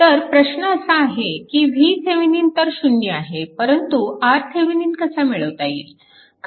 तर प्रश्न असा आहे की VThevenin तर 0 आहे परंतु RThevenin कसा मिळवता येईल